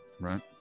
Right